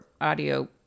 audio